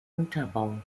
unterbau